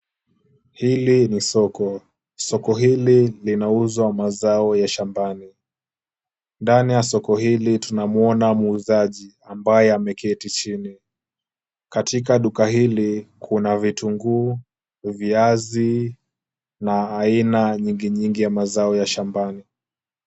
Hili ni soko, soko hili linauzwa mazao ya shambani. Ndani ya soko hili tunamuona muuzaji ambaye ameketi chini. Katika duka hili kuna vitungu, viazi na aina nyingi nyingi ya mazao ya shambani.